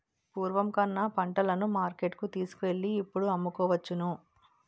పూర్వం కన్నా పంటలను మార్కెట్టుకు తీసుకువెళ్ళి ఇప్పుడు అమ్ముకోవచ్చును